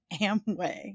Amway